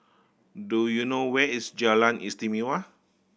do you know where is Jalan Istimewa